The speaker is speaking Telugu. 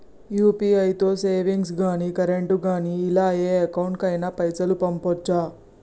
యూ.పీ.ఐ తో సేవింగ్స్ గాని కరెంట్ గాని ఇలా ఏ అకౌంట్ కైనా పైసల్ పంపొచ్చా?